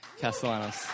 Castellanos